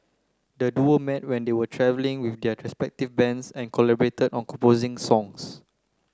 the duo met when they were travelling with their respective bands and collaborated on composing songs